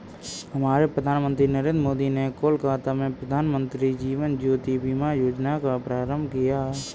हमारे प्रधानमंत्री नरेंद्र मोदी ने कोलकाता में प्रधानमंत्री जीवन ज्योति बीमा योजना का प्रारंभ किया